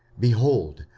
behold,